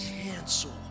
cancel